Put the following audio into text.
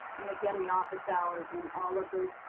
and again, the office hours and all of those,